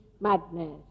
madness